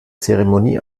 zeremonie